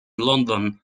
london